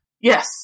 Yes